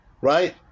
Right